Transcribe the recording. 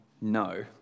no